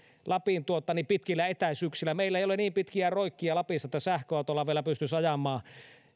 lapin pitkillä etäisyyksillä meillä ei ole niin pitkiä roikkia lapissa että sähköautolla vielä pystyisi ajamaan